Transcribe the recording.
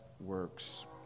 works